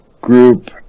group